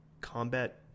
combat